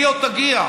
שלי עוד תגיע.